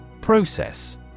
Process